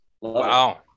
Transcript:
Wow